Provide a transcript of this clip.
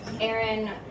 Aaron